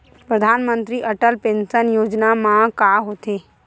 परधानमंतरी अटल पेंशन योजना मा का होथे?